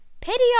pity